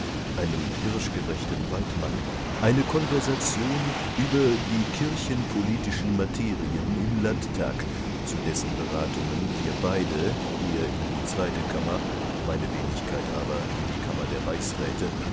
einem hirschgerechten weidmann eine konversation über die kirchenpolitischen materien im landtag zu dessen beratungen wir beide er in die zweite kammer meine wenigkeit aber in die kammer der reichsräte